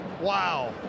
Wow